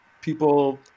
people